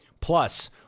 Plus